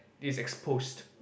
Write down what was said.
is exposed